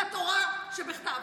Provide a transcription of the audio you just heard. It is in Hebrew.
לתורה שבכתב.